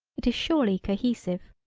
it is surely cohesive.